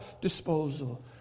disposal